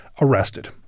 arrested